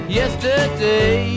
yesterday